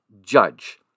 judge